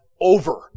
over